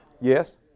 Yes